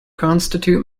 constitute